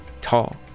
tall